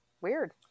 weird